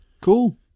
Cool